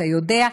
ואתה יודע,